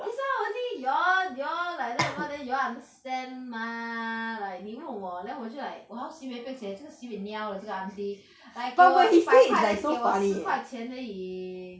this [one] only y'all y'all like like mah then y'all understand mah like 你问我 then 我就 like !walao! sibei pekcek 这个 sibei niao 的这个 auntie like 给我一百块 then 给我四块钱而已